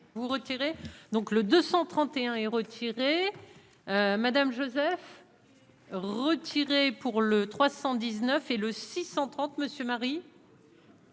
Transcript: vous retirez donc le 231 est retiré madame Joseph. Retiré pour le 319 et le 630 Monsieur Marie.